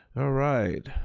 ah right,